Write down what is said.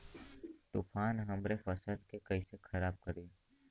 तूफान हमरे फसल के कइसे खराब करी?